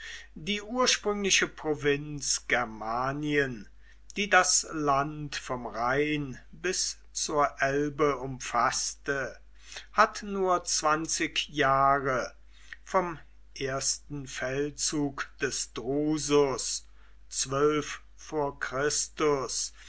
die ursprüngliche provinz germanien die das land vom rhein bis zur elbe umfaßte hat nur zwanzig jahre vom ersten feldzug des drusus